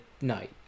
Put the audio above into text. night